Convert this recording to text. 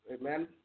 amen